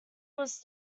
was